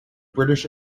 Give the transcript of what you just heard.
british